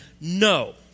no